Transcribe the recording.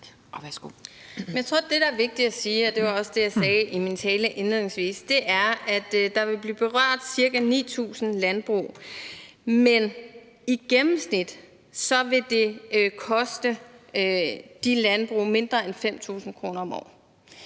Jeg tror, at det, det er vigtigt at sige, og det var også det, jeg indledningsvis sagde i min tale, er, at det vil berøre ca. 9.000 landbrug, men det vil i gennemsnit koste de landbrug mindre end 5.000 kr. om året.